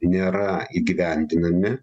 nėra įgyvendinami